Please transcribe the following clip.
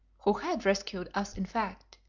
who had rescued us in fact,